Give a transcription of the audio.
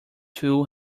two